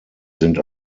sind